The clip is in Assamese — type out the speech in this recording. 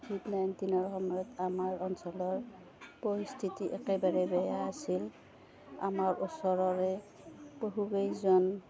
কোভিড নাইণ্টিনৰ সময়ত আমাৰ অঞ্চলৰ পৰিস্থিতি একেবাৰে বেয়া আছিল আমাৰ ওচৰৰে বহুকেইজন